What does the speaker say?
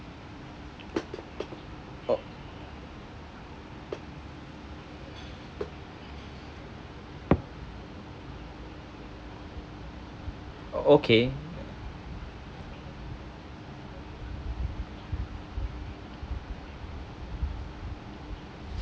oh okay